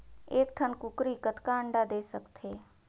एक ठन कूकरी कतका अंडा दे सकथे?